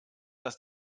dass